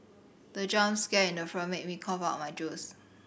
the jump scare in the film made me cough out my juice